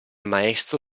maestro